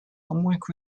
homework